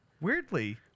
weirdly